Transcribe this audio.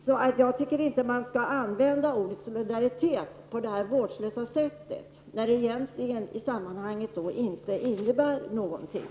Jag tycker alltså inte att man skall använda ordet solidaritet på det där vårdslösa sättet, när det i sammanhanget egentligen inte innebär någonting.